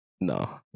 no